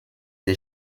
der